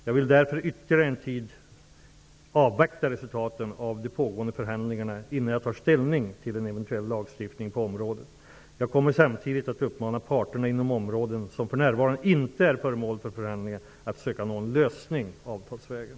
Jag vill därför ytterligare en tid avvakta resultatet av de pågående förhandlingarna innan jag tar ställning till en eventuell lagstiftning på området. Jag kommer samtidigt att uppmana parterna inom områden, som för närvarande inte är föremål för förhandlingar, att söka nå en lösning avtalsvägen.